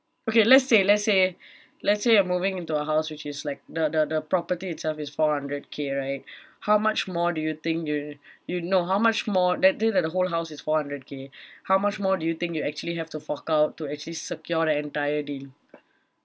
okay let's say let's say let's say you're moving into a house which is like the the the property itself is four hundred K right how much more do you think you you no how much more let's say like the whole house is four hundred K how much more do you think you actually have to fork out to actually secure the entire deal